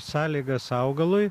sąlygas augalui